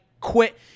quit